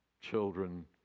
children